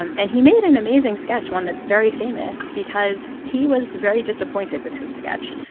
and and he made an amazing sketch, one that's very famous. because he was very disappointed with his sketch,